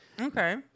Okay